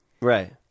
Right